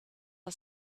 are